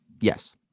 Yes